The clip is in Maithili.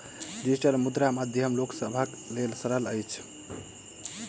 डिजिटल मुद्रा के माध्यम लोक सभक लेल सरल अछि